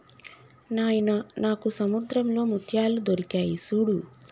నాయిన నాకు సముద్రంలో ముత్యాలు దొరికాయి సూడు